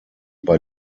bei